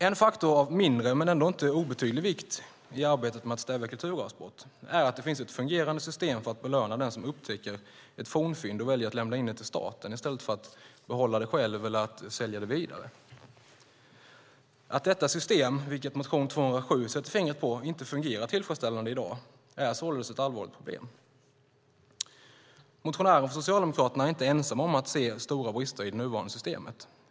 En faktor av mindre men ändå inte obetydlig vikt i arbetet med att stävja kulturarvsbrott är att det finns ett fungerande system för att belöna den som upptäcker ett fornfynd och väljer att lämna in det till staten i stället för att behålla det själv eller sälja det vidare. Att detta system, vilket motion 207 sätter fingret på, inte fungerar tillfredsställande i dag är således ett allvarligt problem. Motionären från Socialdemokraterna är inte ensam om att se stora brister i det nuvarande systemet.